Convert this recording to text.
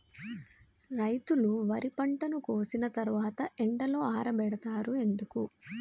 రైతులు వరి పంటను కోసిన తర్వాత ఎండలో ఆరబెడుతరు ఎందుకు?